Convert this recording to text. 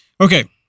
Okay